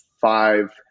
five